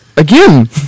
Again